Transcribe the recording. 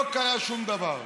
לא קרה שום דבר.